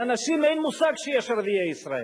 לאנשים אין מושג שיש ערביי ישראל,